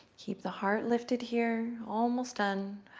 keep the heart lifted here, almost done.